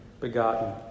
begotten